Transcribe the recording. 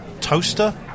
toaster